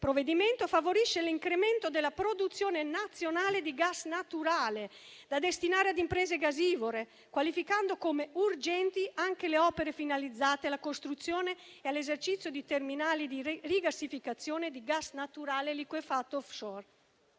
provvedimento favorisce l'incremento della produzione nazionale di gas naturale da destinare a imprese gasivore, qualificando come urgenti anche le opere finalizzate alla costruzione e all'esercizio di terminali di rigassificazione di gas naturale liquefatto *offshore*.